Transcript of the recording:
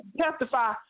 testify